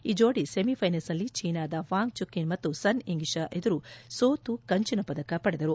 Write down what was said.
ಈ ಜೋಡಿ ಸೆಮಿಫೈನಲ್ಸ್ನಲ್ಲಿ ಚೀನಾದ ವಾಂಗ್ ಚುಕಿನ್ ಮತ್ತು ಸನ್ ಇಂಗಿಶ ಎದುರು ಸೋತು ಕಂಚಿನ ಪದಕ ಪಡೆದರು